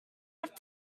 have